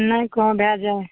नहि कहौँ भए जाए